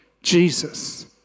Jesus